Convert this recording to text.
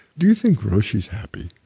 do you think roshi is happy?